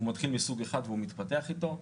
מתחיל עם סוג 1 ומתפתח אתו.